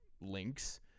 links